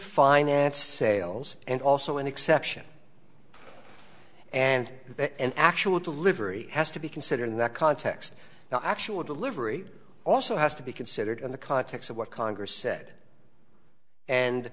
finance sales and also an exception and an actual delivery has to be considered in that context the actual delivery also has to be considered in the context of what congress said